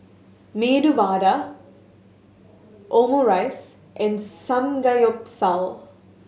Medu Vada Omurice and Samgeyopsal